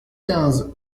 quinze